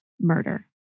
murder